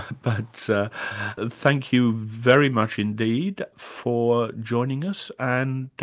but so thank you very much indeed for joining us, and